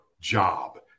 job